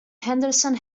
henderson